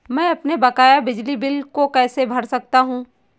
मैं अपने बकाया बिजली बिल को कैसे भर सकता हूँ?